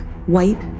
white